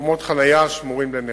במקומות חנייה השמורים לנכים.